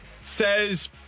says